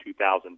2000